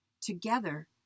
Together